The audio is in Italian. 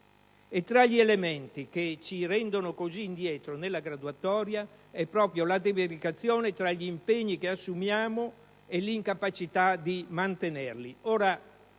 E tra gli elementi che ci fanno collocare così indietro nella graduatoria vi è proprio la divaricazione tra gli impegni che assumiamo e l'incapacità di mantenerli.